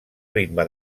ritme